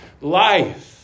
life